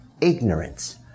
ignorance